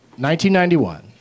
1991